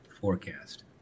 forecast